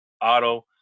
Auto